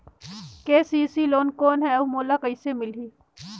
KCC loan कौन हे अउ मोला कइसे मिलही?